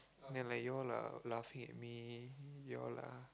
then like you all are laughing at me you all are